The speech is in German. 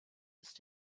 ist